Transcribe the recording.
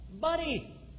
buddy